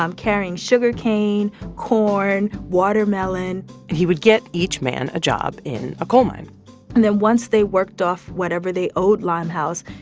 um carrying sugar cane, corn, watermelon and he would get each man a job in a coal mine and then once they worked off whatever they owed limehouse,